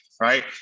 right